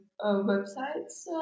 websites